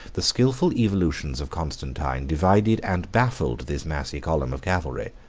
the skilful evolutions of constantine divided and baffled this massy column of cavalry.